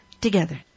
together